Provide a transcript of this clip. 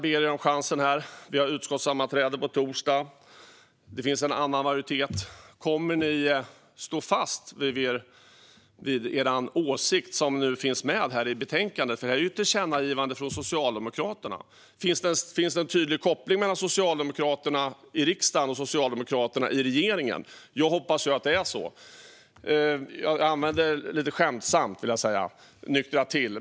Vi har utskottssammanträde på torsdag, och det finns en annan majoritet. Kommer Socialdemokraterna att stå fast vid sin åsikt som nu finns med i betänkandet? Detta är nämligen ett tillkännagivande från Socialdemokraterna. Finns det en tydlig koppling mellan socialdemokraterna i riksdagen och socialdemokraterna i regeringen? Jag hoppas att det är så. Jag använde lite skämtsamt orden nyktra till.